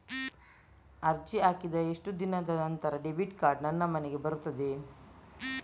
ಅರ್ಜಿ ಹಾಕಿದ ಎಷ್ಟು ದಿನದ ನಂತರ ಡೆಬಿಟ್ ಕಾರ್ಡ್ ನನ್ನ ಮನೆಗೆ ಬರುತ್ತದೆ?